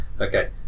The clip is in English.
Okay